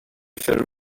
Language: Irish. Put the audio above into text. fir